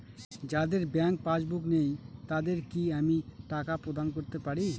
যাদের bank passbook নেই তাদের কি আমি টাকা প্রদান করতে পারি?